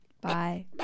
bye